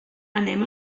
anem